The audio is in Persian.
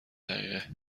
دقیقه